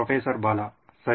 professor Bala ಸರಿ